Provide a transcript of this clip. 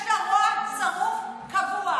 יש לה רוע צרוף קבוע.